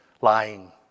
lying